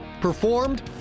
performed